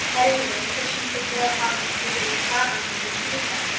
at any rate till she should know how this new lady clavering would receive her.